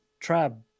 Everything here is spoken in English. Trab